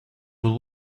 will